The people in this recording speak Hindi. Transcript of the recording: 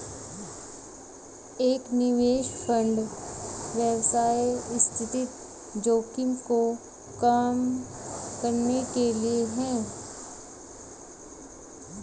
एक निवेश फंड अव्यवस्थित जोखिम को कम करने के लिए है